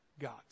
God's